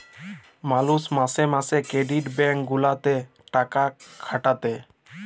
মালুষ মাসে মাসে ক্রেডিট ব্যাঙ্ক গুলাতে টাকা খাটাতে